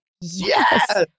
Yes